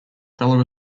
fellow